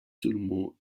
seulement